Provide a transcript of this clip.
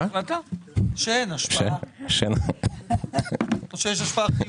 שאין השפעה או שיש השפעה חיובית.